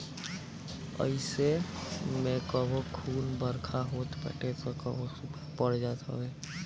अइसे में कबो खूब बरखा होत बाटे तअ कबो सुखा पड़ जात हवे